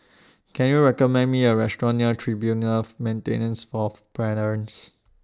Can YOU recommend Me A Restaurant near Tribunal For Maintenance Fourth Parents